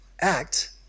act